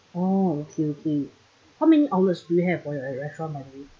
oh okay okay how many hours do we have for your your restaurant by the way